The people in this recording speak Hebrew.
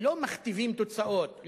לא מכתיבים תוצאות,